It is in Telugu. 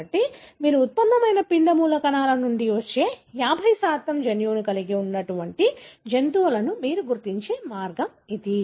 కాబట్టి మీరు ఉత్పన్నమైన పిండ మూలకణాల నుండి వచ్చే 50 జన్యువును కలిగి ఉన్న జంతువును మీరు గుర్తించే మార్గం ఇది